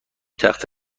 تخت